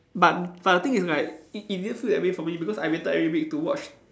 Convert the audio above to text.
but but the thing is like it it didn't feel that way for me because I waited every week to watch